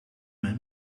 mijn